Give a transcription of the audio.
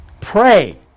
Pray